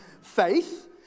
faith